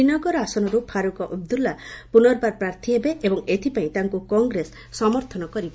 ଶ୍ରୀନଗର ଆସନରୁ ଫାରୁକ ଅବଦୁଲ୍ଲା ପୁନର୍ବାର ପ୍ରାର୍ଥୀ ହେବେ ଏବଂ ଏଥିପାଇଁ ତାଙ୍କୁ କଟ୍ରେସ ସମର୍ଥନ କରିବ